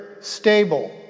stable